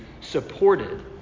supported